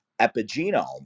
epigenome